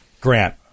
Grant